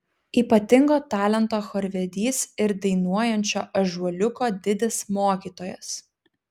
ypatingo talento chorvedys ir dainuojančio ąžuoliuko didis mokytojas